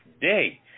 day